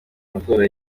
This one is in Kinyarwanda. amatora